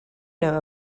know